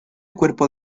cuerpo